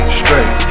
straight